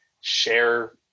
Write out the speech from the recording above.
share